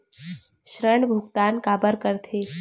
ऋण भुक्तान काबर कर थे?